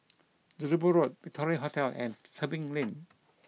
Jelebu Road Victoria Hotel and Tebing Lane